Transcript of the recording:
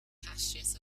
pastures